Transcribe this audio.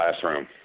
classroom